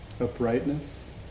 Uprightness